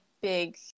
big